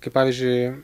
kaip pavyzdžiui